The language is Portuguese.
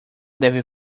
deve